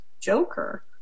Joker